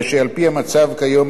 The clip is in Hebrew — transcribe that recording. הרי שעל-פי המצב כיום,